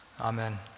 Amen